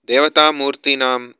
देवतामूर्तिनां